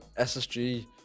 SSG